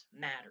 matter